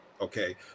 Okay